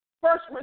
first